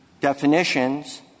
definitions